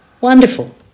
Wonderful